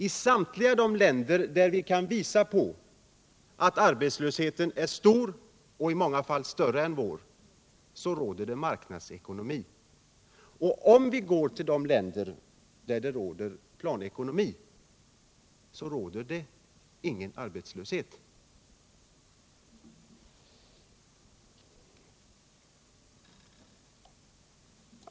I samtliga de länder där vi kan påvisa att arbetslösheten är stor, i många fall större än Sveriges, råder det marknadsekonomi. Går vi till de länder där man har en planekonomi finns det ingen arbetslöshet.